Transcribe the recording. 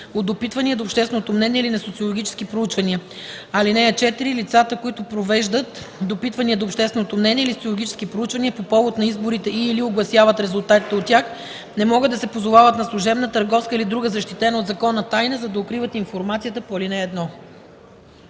от допитвания до общественото мнение или на социологически проучвания. (4) Лицата, които провеждат допитвания до общественото мнение или социологически проучвания по повод на изборите и/или огласяват резултати от тях, не могат да се позовават на служебна, търговска или друга защитена от закон тайна, за да укриват информацията по ал. 1.”